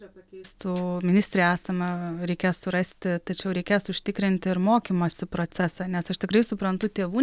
pakeistų ministrę esamą reikiės surasti tačiau reikės užtikrinti ir mokymosi procesą nes aš tikrai suprantu tėvų